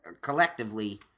collectively